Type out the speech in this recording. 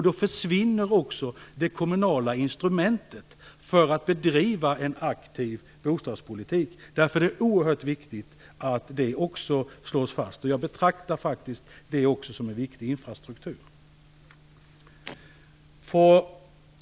Då försvinner också det kommunala instrumentet för att bedriva en aktiv bostadspolitik. Därför är det oerhört viktigt att det också slås fast. Jag betraktar faktiskt det som en viktig infrastruktur.